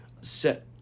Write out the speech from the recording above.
set